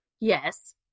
Yes